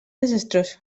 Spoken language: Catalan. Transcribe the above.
desastrós